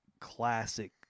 classic